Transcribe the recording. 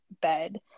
bed